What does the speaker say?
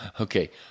Okay